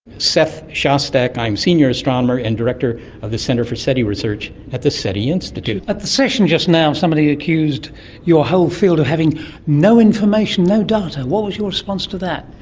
seth shostak, i'm senior astronomer and director of the centre for seti research at the seti institute. at the session just now somebody accused your whole field of having no information, no data. what was your response to that?